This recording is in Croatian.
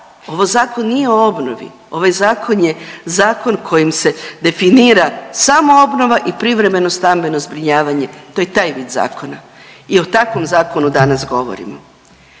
ovo zakon nije o obnovi, ovaj zakon je zakon kojim se definira samoobnova i privremeno stamben o zbrinjavanje. To je taj vid zakona. I o takvom zakonu danas govorimo.